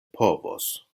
povos